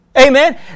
Amen